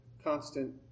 constant